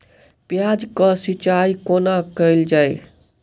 प्याज केँ सिचाई कोना कैल जाए?